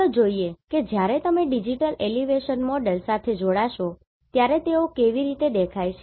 ચાલો જોઈએ કે જ્યારે તમે ડિજિટલ એલિવેશન મોડેલ સાથે જોડાશો ત્યારે તેઓ કેવી રીતે દેખાય છે